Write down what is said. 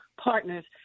partners